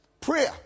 Prayer